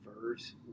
verse